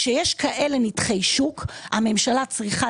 כשיש כאשר נתחי שוק הממשלה צריכה